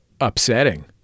upsetting